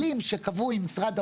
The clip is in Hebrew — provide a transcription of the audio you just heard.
ביקשנו שיעשו לנו שאטלית,